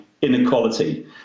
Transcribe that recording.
inequality